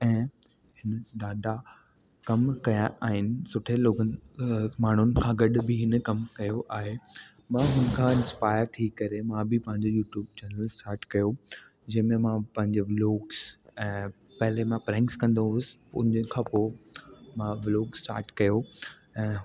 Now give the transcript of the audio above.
ऐं डाढा कम कया आहिनि सुठे लोगनि माण्हुनि खां गॾु बि हिन कमु कयो आहे मां हुनि खां इंस्पायर थी करे मां बि पंहिंजो यूट्यूब चेनल स्टार्ट कयो जंहिं में मां पंहिंजे व्लोग्स ऐं ऐं पहिरें मां प्रैंक्स कंदो होसि उन खां पोइ मां व्लोग्स स्टार्ट कयो ऐं